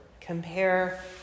compare